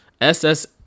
SS